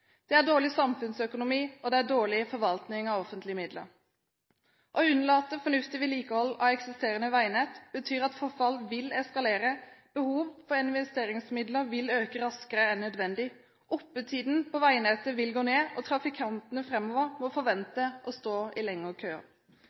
Det er dårlig samfunnsøkonomi, og det er dårlig forvaltning av offentlige midler. Å unnlate fornuftig vedlikehold av eksisterende veinett betyr at forfall vil eskalere, behov for investeringsmidler vil øke raskere enn nødvendig, oppetiden på veinettet vil gå ned og trafikantene må framover forvente å stå i lengre køer.